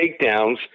takedowns